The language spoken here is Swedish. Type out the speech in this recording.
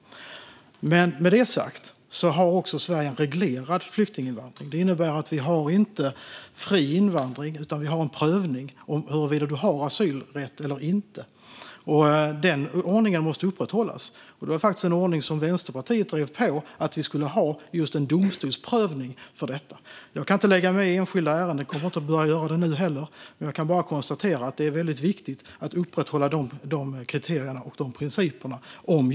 Med det sagt har Sverige en reglerad flyktinginvandring. Det innebär att vi inte har fri invandring, utan vi gör en prövning av huruvida man har asylrätt eller inte. Den ordningen måste upprätthållas. Vänsterpartiet drev faktiskt på för att vi skulle ha en domstolsprövning för detta. Jag kan inte lägga mig i enskilda ärenden och kommer inte att börja göra det nu. Jag kan bara konstatera att det är viktigt att upprätthålla de kriterierna och de principerna.